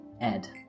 Ed